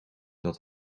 dat